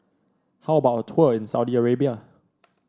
how about a tour in Saudi Arabia